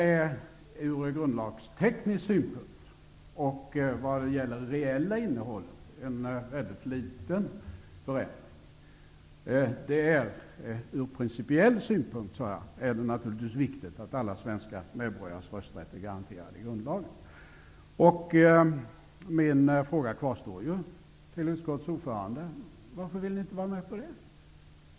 Ur grundlagsteknisk synpunkt och vad gäller det rella innehållet är detta en mycket liten förändring. Ur principiell synpunkt, som jag sade, är det naturligtvis viktigt att alla svenska medborgares rösträtt garanteras i grundlagen. Min fråga kvarstår till utskottets ordförande: Varför vill ni inte vara med på detta?